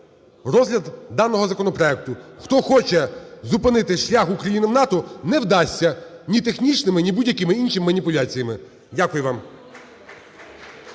розгляд даного законопроекту. Хто хоче зупинити шлях України в НАТО, не вдасться ні технічними, ні будь-якими іншими маніпуляціями. Дякую вам.